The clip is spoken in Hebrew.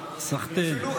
סחתיין.